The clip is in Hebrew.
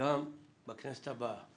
גם בכנסת הבאה